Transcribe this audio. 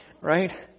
right